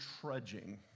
trudging